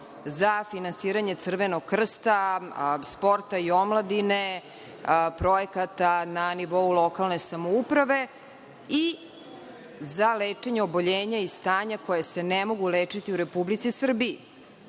za finansiranje Crvenog krsta, sporta i omladine, projekata na nivou lokalne samouprave i za lečenje oboljenja i stanja koja se ne mogu lečiti u Republici Srbiji,